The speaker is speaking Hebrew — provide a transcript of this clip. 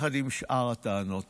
יחד עם שאר הטענות.